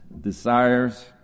desires